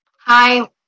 Hi